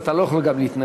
אתה לא יכול גם להתנגד.